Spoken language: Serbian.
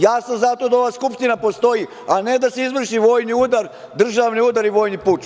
Ja sam za to da ova Skupština postoji, a ne da se izvrši vojni udar, državni udar i vojni puč.